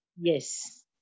Yes